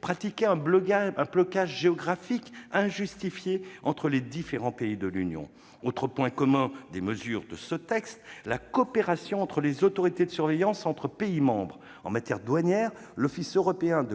pratiquent un blocage géographique injustifié entre les différents pays de l'Union européenne. Autre point commun aux mesures de ce texte : la coopération entre les autorités de surveillance des pays membres. En matière douanière, l'Office européen de lutte